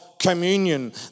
communion